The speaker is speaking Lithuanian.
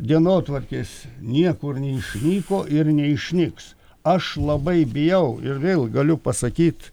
dienotvarkės niekur neišnyko ir neišnyks aš labai bijau ir vėl galiu pasakyt